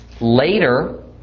Later